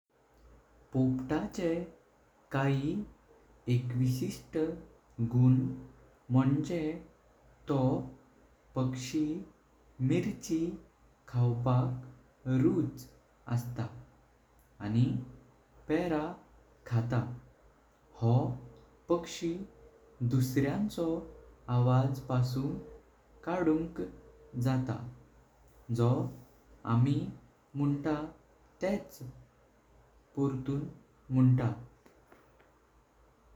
पोपटाचें काय एकवीसिस्ट गुण म्हणजे तो पक्षी मिरची खायपाक रुच अस्ता। आणि पेरां खातो हो पक्षी दुसऱ्यांचो आवाज पासून काढूनका जातो जो आम्ही मुणता तेच पोर्तून मुणता।